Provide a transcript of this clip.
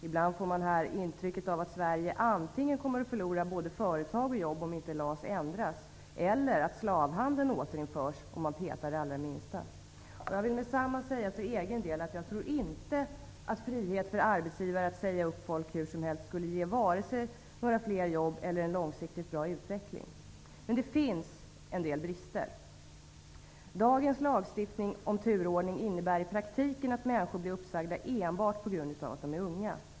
Ibland får man intrycket att Sverige antingen kommer att förlora alla företag och jobb om inte LAS ändras eller att slavhandeln återinförs om man petar det allra minsta. Jag vill genast säga för egen del att jag inte tror att frihet för arbetsgivare att säga upp folk hur som helst vare sig skulle ge några fler jobb eller en långsiktigt bra utveckling. Men det finns en del brister. Dagens lagstiftning om turordning innebär i praktiken att människor blir uppsagda enbart på grund av att de är unga.